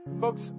Folks